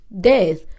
death